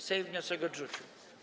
Sejm wniosek odrzucił.